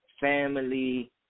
family